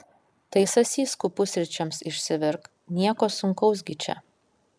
tai sasyskų pusryčiams išsivirk nieko sunkaus gi čia